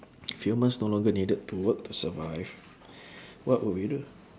humans no longer needed to work to survive what would we do